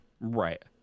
right